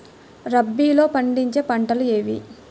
రబీలో పండించే పంటలు ఏవి?